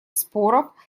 споров